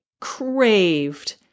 craved